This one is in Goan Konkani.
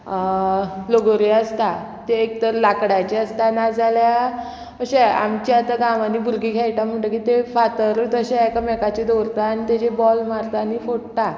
लगोऱ्यो आसता ते एक तर लांकडाचे आसता नाजाल्या अशें आमच्या आतां गांवांनी भुरगीं खेळटा म्हणटकीर ते फातरूच अशें एकामेकाची दवरता आनी तेजे बॉल मारता आनी फोडटा